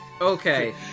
Okay